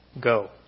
go